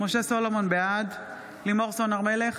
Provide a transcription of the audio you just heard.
משה סולומון, בעד לימור סון הר מלך,